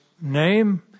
name